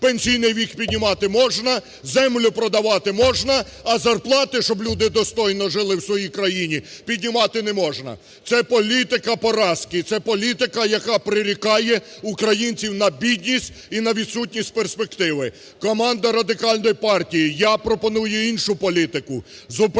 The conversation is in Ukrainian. пенсійний вік піднімати можна, землю продавати можна, а зарплати, щоб люди достойно жили в своїй країні, піднімати не можна. Це політика поразки, це політика, яка прирікає українців на бідність і на відсутність перспективи. Команда Радикальної партії і я пропонуємо іншу політику: